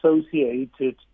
associated